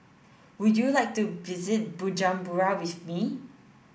would you like to visit Bujumbura with me